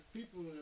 people